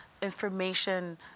information